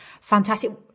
Fantastic